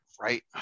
right